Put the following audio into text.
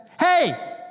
hey